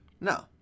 No